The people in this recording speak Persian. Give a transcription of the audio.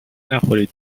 نخورید